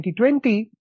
2020